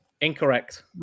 incorrect